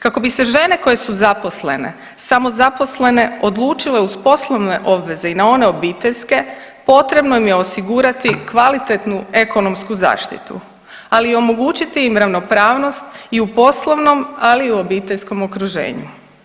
Kako bi se žene koje su zaposlene i samozaposlene odlučile uz poslovne obveze i na one obiteljske potrebno im je osigurati kvalitetnu ekonomsku zaštitu, ali i omogućiti im ravnopravnost i u poslovnom, ali i u obiteljskom okruženju.